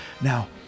Now